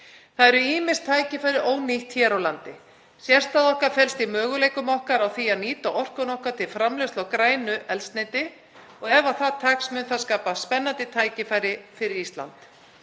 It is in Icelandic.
Það eru ýmis tækifæri ónýtt hér á landi. Sérstaða okkar felst í möguleikum á því að nýta orkuna okkar til framleiðslu á grænu eldsneyti og ef það tekst mun það skapa spennandi tækifæri fyrir Ísland.